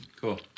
cool